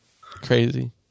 Crazy